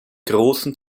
großen